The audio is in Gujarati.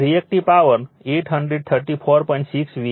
6 var છે